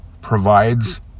provides